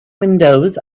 windows